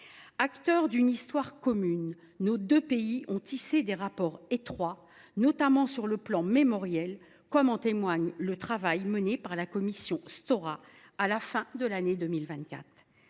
Acteurs d’une histoire commune, nos deux pays ont tissé des rapports étroits, notamment sur le plan mémoriel, comme en témoigne le travail mené par la commission Stora à la fin de l’année 2024.